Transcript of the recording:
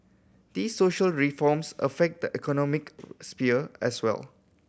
these social reforms affect the economic sphere as well